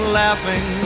laughing